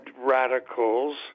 radicals